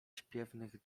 śpiewnych